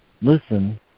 Listen